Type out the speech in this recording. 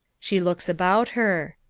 she looks about her.